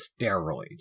steroids